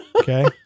Okay